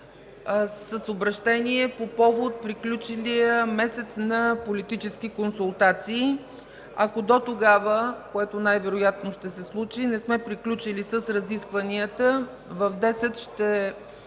събрание по повод приключилия месец на политически консултации. Ако дотогава, което най-вероятно ще се случи, не сме приключили с разискванията, в 10,00 ч.